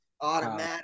Automatic